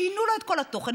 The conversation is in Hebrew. שינו לו את כל התוכן,